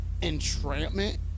Entrapment